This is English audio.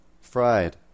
Fried